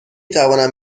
توانم